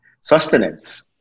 sustenance